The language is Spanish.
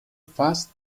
falls